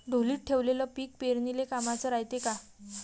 ढोलीत ठेवलेलं पीक पेरनीले कामाचं रायते का?